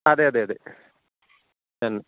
അതേ അതേ അതേ എൻ